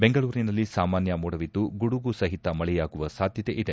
ಬೆಂಗಳೂರಿನಲ್ಲಿ ಸಾಮಾನ್ಯ ಮೋಡವಿದ್ದು ಗುಡುಗು ಸಹಿತ ಮಳೆಯಾಗುವ ಸಾಧ್ಯತೆ ಇದೆ